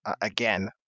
again